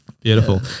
beautiful